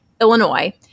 Illinois